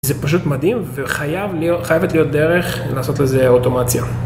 זה פשוט מדהים וחייבת להיות דרך לעשות לזה אוטומציה.